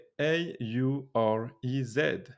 A-U-R-E-Z